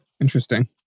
Interesting